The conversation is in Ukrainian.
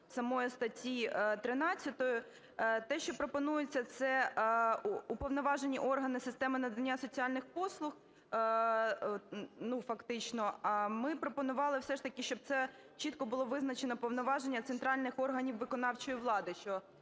самої статті 13. Те, що пропонується, це "уповноважені органи системи надання соціальних послуг", ну фактично. А ми пропонували все ж таки, щоб це чітко було визначено "повноваження центральних органів виконавчої влади",